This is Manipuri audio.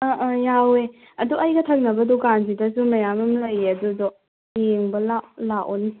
ꯑꯥ ꯑꯥ ꯌꯥꯎꯋꯦ ꯑꯗꯨ ꯑꯩꯒ ꯊꯪꯅꯕ ꯗꯨꯀꯥꯟꯁꯤꯗꯁꯨ ꯃꯌꯥꯝ ꯑꯃ ꯂꯩꯌꯦ ꯑꯗꯨꯗꯣ ꯌꯦꯡꯕ ꯂꯥꯛꯑꯣꯅꯦ